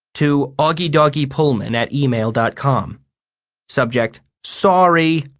to auggiedoggiepullman at email dot com subject sorry!